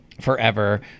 forever